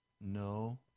No